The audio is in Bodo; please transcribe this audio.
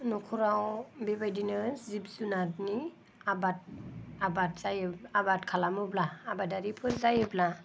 न'खराव बेबायदिनो जिब जुनारनि आबाद आबाद जायो आबाद खालामोब्ला आबादारिफोर जायोब्ला